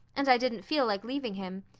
and i didn't feel like leaving him.